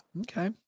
Okay